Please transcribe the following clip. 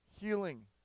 healing